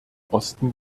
osten